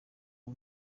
uru